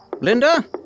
Linda